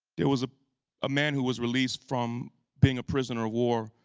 there was ah a man who was released from being a prisoner of war,